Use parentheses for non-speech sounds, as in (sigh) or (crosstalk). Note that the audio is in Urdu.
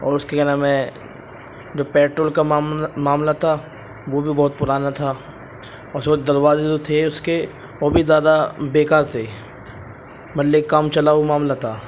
اور اس کے کیا نام ہے جو پیٹرول کا معاملہ تھا وہ بھی بہت پرانا تھا اور جو دروازے جو تھے اس کے وہ بھی زیادہ بیکار تھے (unintelligible) کام چلاؤ معاملہ تھا